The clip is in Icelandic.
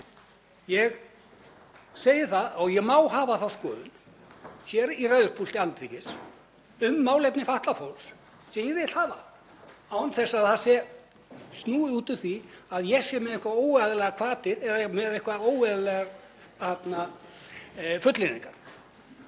Ég segi það og ég má hafa þá skoðun hér í ræðupúlti Alþingis um málefni fatlaðs fólks sem ég vil hafa án þess að það sé snúið út úr því, að ég sé með eitthvað óeðlilegar hvatir eða með einhverjar óeðlilegar fullyrðingar.